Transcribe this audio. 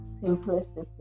simplicity